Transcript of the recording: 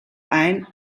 ein